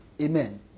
Amen